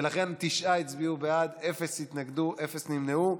ולכן תשעה הצביעו בעד, אפס התנגדו, אפס נמנעו.